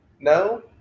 No